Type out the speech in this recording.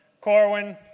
Corwin